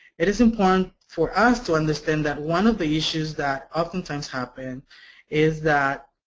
it is important for us to understand that one of the issues that oftentimes happen is that